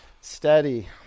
Steady